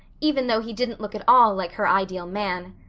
even though he didn't look at all like her ideal man.